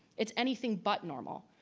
it's anything but normal.